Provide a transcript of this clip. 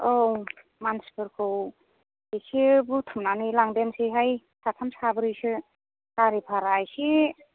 औ मानसिफोरखौ एसे बुथुमनानै लांदेरसैहाय साथाम साब्रैसो गारि भारा एसे